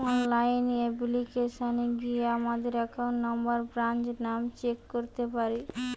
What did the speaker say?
online অ্যাপ্লিকেশানে গিয়া আমাদের একাউন্ট নম্বর, ব্রাঞ্চ নাম চেক করতে পারি